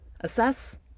Assess